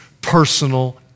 personal